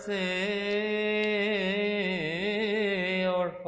a